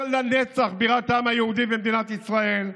לנצח בירת העם היהודי במדינת ישראל,